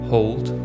Hold